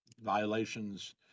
Violations